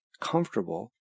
comfortable